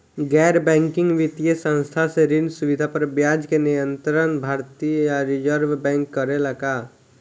गैर बैंकिंग वित्तीय संस्था से ऋण सुविधा पर ब्याज के नियंत्रण भारती य रिजर्व बैंक करे ला का?